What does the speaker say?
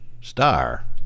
star